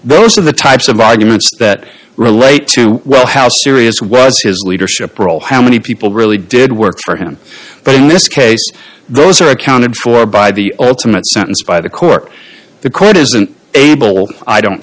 those are the types of arguments that relate to well how serious was his leadership role how many people really did work for him but in this case those are accounted for by the ultimate sentence by the court the court isn't able i don't